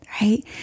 right